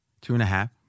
two-and-a-half